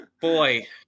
Boy